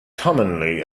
commonly